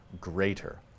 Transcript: greater